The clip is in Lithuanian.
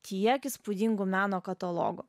tiek įspūdingų meno katalogų